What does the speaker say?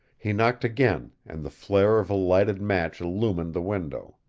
he knocked again and the flare of a lighted match illumined the window.